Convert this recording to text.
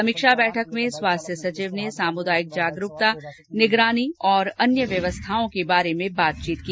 समीक्षा बैठक में स्वास्थ्य सचिव ने सामुदायिक जागरूकता निगरानी और अन्य व्यवस्थाओं के बारे में बातचीत की